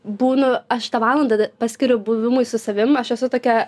būnu aš tą valandą paskiriu buvimui su savim aš esu tokia